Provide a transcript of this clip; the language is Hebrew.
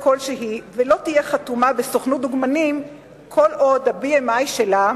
כלשהי ולא תהיה חתומה בסוכנות דוגמנים כל עוד ה-BMI שלה